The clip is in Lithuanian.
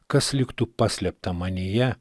kas liktų paslėpta manyje